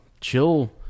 chill